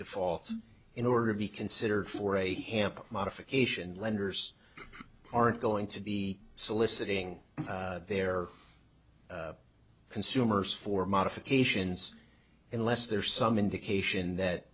default in order to be considered for a hamp modification lenders aren't going to be soliciting their consumers for modifications unless there's some indication that